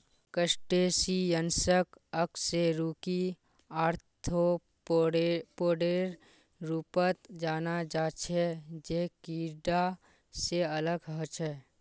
क्रस्टेशियंसक अकशेरुकी आर्थ्रोपोडेर रूपत जाना जा छे जे कीडा से अलग ह छे